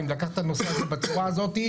לקחת את הנושא הזה בצורה הזאת,